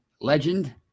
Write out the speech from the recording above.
legend